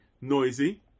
noisy